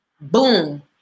boom